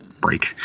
break